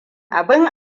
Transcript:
abin